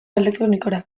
elektronikora